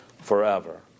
forever